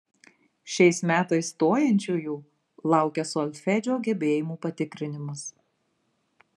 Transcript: šiais metais stojančiųjų laukia solfedžio gebėjimų patikrinimas